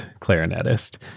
clarinetist